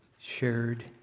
shared